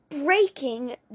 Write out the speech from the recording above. Breaking